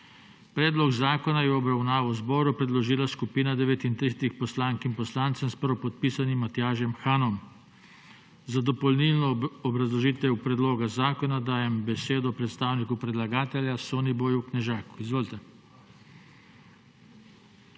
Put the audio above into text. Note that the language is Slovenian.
Predlog zakona je v obravnavo zboru predložila skupina 39 poslank in poslancev s prvopodpisanim Matjažem Hanom. Za dopolnilno obrazložitev predloga zakona dajem besedo predstavniku predlagatelja Soniboju Knežaku. Izvolite.